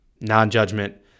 non-judgment